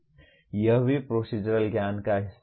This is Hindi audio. यह भी प्रोसीज़रल ज्ञान का हिस्सा है